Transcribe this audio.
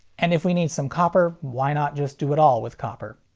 and if we need some copper, why not just do it all with copper?